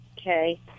Okay